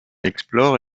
explore